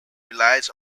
relies